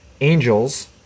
angels